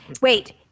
Wait